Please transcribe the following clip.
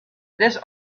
this